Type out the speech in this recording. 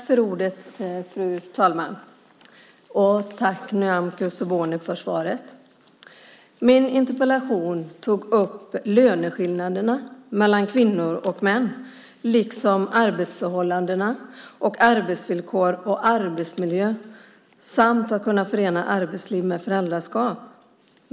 Fru talman! Tack, Nyamko Sabuni, för svaret! Min interpellation tog upp löneskillnaderna mellan kvinnor och män liksom arbetsförhållandena, arbetsvillkor och arbetsmiljö samt att kunna förena arbetsliv med föräldraskap.